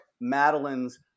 Madeline's